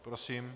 Prosím.